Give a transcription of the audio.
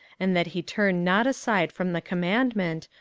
and that he turn not aside from the commandment,